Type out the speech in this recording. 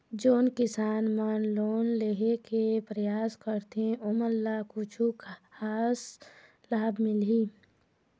जोन किसान मन लोन लेहे के परयास करथें ओमन ला कछु खास लाभ मिलही?